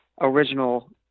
original